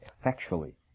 effectually